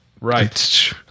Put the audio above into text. Right